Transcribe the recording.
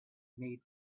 made